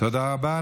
תודה רבה.